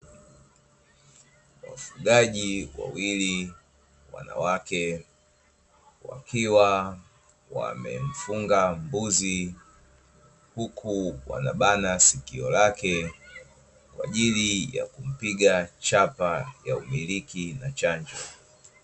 Wafugaji wawili wanawake, wakiwa wamemfunga mbuzi huku wanabana sikio lake, kwa ajili ya kumpiga chapa ya umiliki na chanjo.